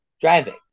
driving